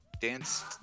dance